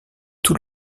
tout